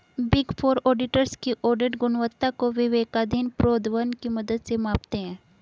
big four auditors की audit गुणवत्ता को विवेकाधीन प्रोद्भवन की मदद से मापते हैं